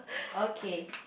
okay